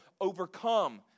overcome